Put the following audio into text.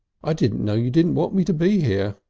i didn't know you didn't want me to be here.